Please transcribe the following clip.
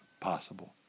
possible